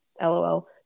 LOL